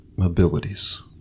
Abilities